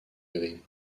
gris